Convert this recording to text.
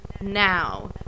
now